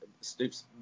Stoops